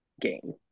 game